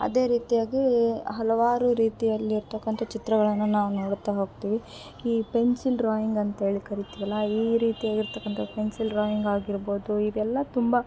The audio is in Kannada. ಅದೇ ರೀತಿಯಾಗಿ ಹಲವಾರು ರೀತಿಯಲ್ಲಿರ್ತಕ್ಕಂಥ ಚಿತ್ರಗಳನ್ನು ನಾವು ನೋಡುತ್ತಾ ಹೋಗ್ತೀವಿ ಈ ಪೆನ್ಸಿಲ್ ಡ್ರಾಯಿಂಗ್ ಅಂತ್ಹೇಳಿ ಕರೀತಿವಲ್ಲ ಈ ರೀತಿಯಾಗಿರ್ತಕ್ಕಂಥ ಪೆನ್ಸಿಲ್ ಡ್ರಾಯಿಂಗ್ ಆಗಿರ್ಬೋದು ಇದು ಎಲ್ಲಾ ತುಂಬ